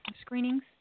screenings